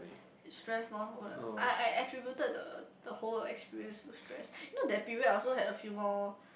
distress lor what uh I I attributed the the whole experience with stress you know that period I also had a few more